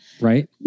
Right